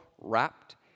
wrapped